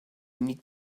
need